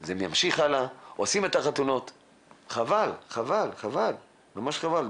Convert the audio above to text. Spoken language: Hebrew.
זה ימשיך הלאה ועושים את החתונות, חבל, ממש חבל.